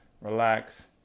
relax